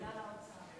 ליום רביעי.